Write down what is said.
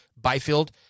Byfield